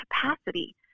capacity